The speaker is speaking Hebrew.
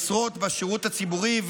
משרות בשירות הציבורי,